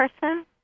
person